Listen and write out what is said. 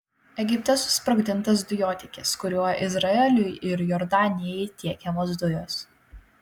egipte susprogdintas dujotiekis kuriuo izraeliui ir jordanijai tiekiamos dujos